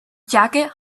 jacket